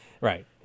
Right